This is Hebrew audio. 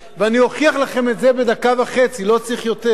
ואני אוכיח לכם את זה בדקה וחצי, לא צריך יותר.